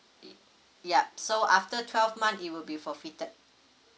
e~ yup so after twelve month it will be forfeited